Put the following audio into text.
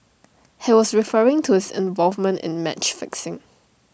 he was referring to his involvement in match fixing